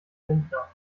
lindner